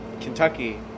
Kentucky